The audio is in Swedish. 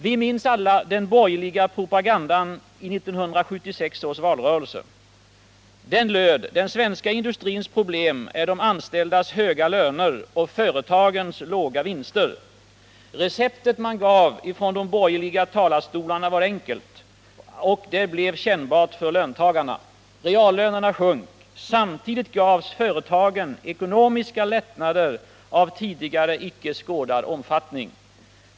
Vi minns alla den borgerliga propagandan i 1976 års valrörelse — att den svenska industrins problem är de anställdas höga löner och företagens låga vinster. Receptet man gav från de borgerliga talarstolarna var enkelt, och det blev kännbart för löntagarna. Reallönerna sjönk. Samtidigt gavs företagen ekonomiska lättnader av tidigare icke skådad omfattning.